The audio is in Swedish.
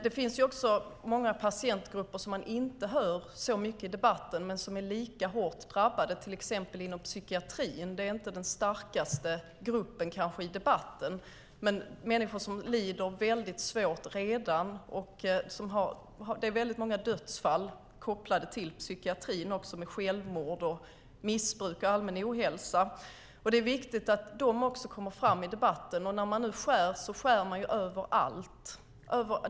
Det finns också många patientgrupper som man inte hör så mycket om i debatten men som är lika hårt drabbade, till exempel inom psykiatrin. Det är kanske inte den starkaste gruppen i debatten men människor som lider väldigt svårt redan. Det är väldigt många dödsfall kopplade till psykiatrin, genom självmord, missbruk och allmän ohälsa. Det är viktigt att de också kommer fram i debatten. När man nu skär så skär man överallt.